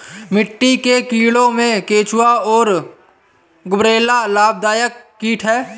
मिट्टी के कीड़ों में केंचुआ और गुबरैला लाभदायक कीट हैं